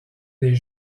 des